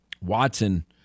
Watson